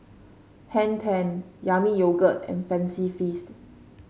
Hang Ten Yami Yogurt and Fancy Feast